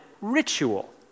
ritual